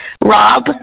Rob